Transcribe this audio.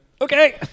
Okay